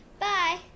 Bye